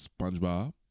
SpongeBob